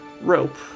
rope